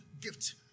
Gift